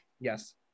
Yes